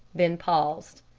then paused.